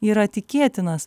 yra tikėtinas